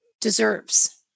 deserves